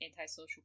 antisocial